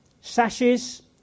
Sashes